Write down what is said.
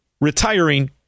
retiring